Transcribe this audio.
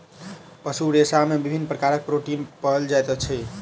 पशु रेशा में विभिन्न प्रकार के प्रोटीन पाओल जाइत अछि